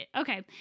okay